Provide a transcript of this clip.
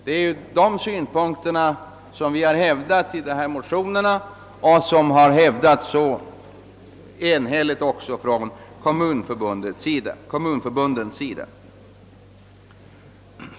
Det är de synpunkterna som vi har hävdat i dessa motioner och som också har hävdats enhälligt från kommunförbundens sida.